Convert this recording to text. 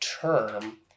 term